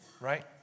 right